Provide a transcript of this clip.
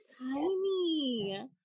tiny